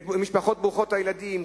את המשפחות ברוכות הילדים,